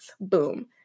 boom